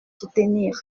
soutenir